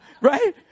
right